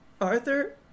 Arthur